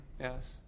Yes